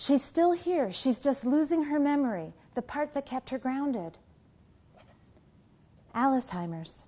she's still here she's just losing her memory the part that kept her grounded alice timers